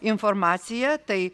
informacija tai